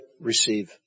receive